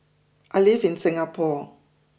I live in Singapore